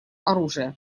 оружия